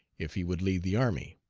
if he would lead the army.